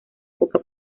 poca